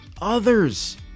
others